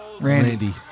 Randy